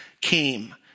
came